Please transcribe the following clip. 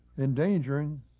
endangering